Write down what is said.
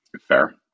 fair